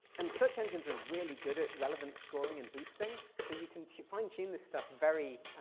and search engines are really good at relevance scoring and boosting. so you can fine tune this stuff very,